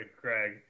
Craig